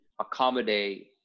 accommodate